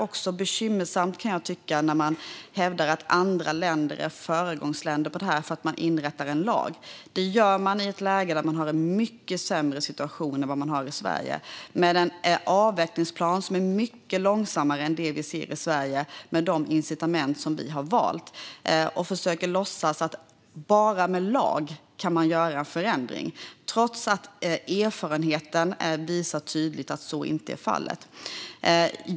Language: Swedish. Det är bekymmersamt när man hävdar att andra länder är föregångare på området bara för att de stiftar en lag. Det gör de i ett läge när de befinner sig i en mycket sämre situation än Sverige. De har avvecklingsplaner som är mycket långsammare än det vi ser i Sverige med de incitament vi har valt. Man försöker låtsas som att man bara kan göra förändringar genom lagar. Erfarenheten visar ju tydligt att så inte är fallet.